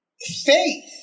Faith